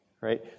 right